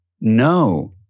No